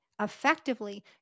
effectively